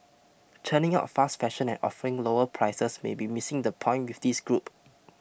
churning out fast fashion and offering lower prices may be missing the point with this group